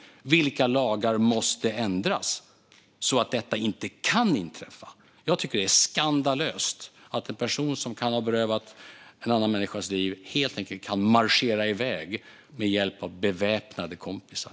Vilka lagar måste ändras så att detta inte kan inträffa? Jag tycker att det är skandalöst att en person som kan ha berövat en annan människa livet kan marschera iväg med hjälp av beväpnade kompisar.